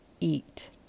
eat